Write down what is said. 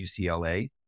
ucla